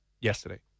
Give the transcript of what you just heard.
yesterday